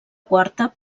quarta